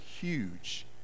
huge